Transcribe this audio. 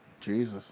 Jesus